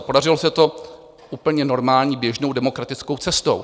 Podařilo se to úplně normální běžnou demokratickou cestou.